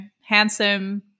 handsome